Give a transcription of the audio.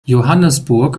johannesburg